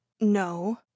no